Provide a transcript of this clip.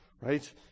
Right